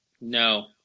No